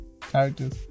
Characters